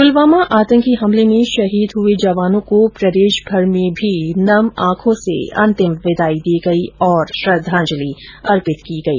पुलवामा आतंकी हमले में शहीद हुए जवानों को प्रदेशभर में भी नम आंखों से अंतिम विदाई दी गई और श्रद्वांजलि अर्पित की गई